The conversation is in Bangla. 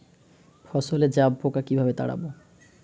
ফসলে জাবপোকা কিভাবে তাড়াব?